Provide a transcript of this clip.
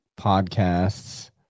podcasts